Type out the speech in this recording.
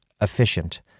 efficient